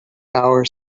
hour